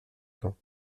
temps